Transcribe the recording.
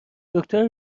دکتر